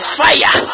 fire